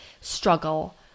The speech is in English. struggle